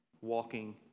walking